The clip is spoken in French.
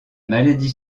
maladie